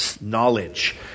knowledge